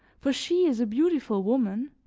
for she is a beautiful woman.